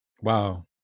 wow